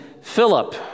Philip